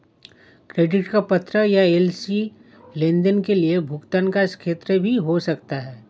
credit का पत्र या एल.सी लेनदेन के लिए भुगतान का स्रोत भी हो सकता है